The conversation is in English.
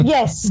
Yes